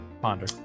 Ponder